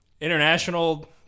international